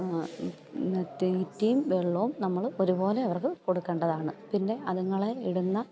പിന്നെ തീറ്റയും വെള്ളവും നമ്മൾ ഒരുപോലെയവർക്ക് കൊടുക്കണ്ടതാണ് പിന്നെ അത്ങ്ങളെ ഇടുന്ന